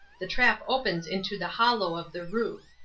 the trap opens into the hollow of the roof.